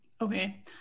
Okay